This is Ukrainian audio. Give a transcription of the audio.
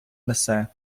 несе